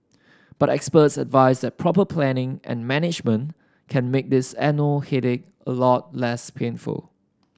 but experts advise that proper planning and management can make this annual headache a lot less painful